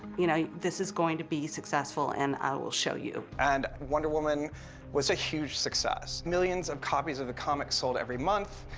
you know this is going to be successful and i will show you. jimenez and wonder woman was a huge success, millions of copies of the comic sold every month.